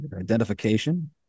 identification